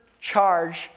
charge